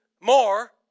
more